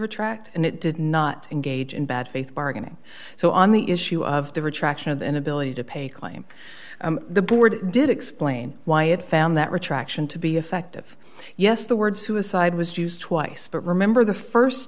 retract and it did not engage in bad faith bargaining so on the issue of the retraction of inability to pay a claim the board did explain why it found that retraction to be effective yes the word suicide was used twice but remember the